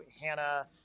Hannah